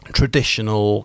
traditional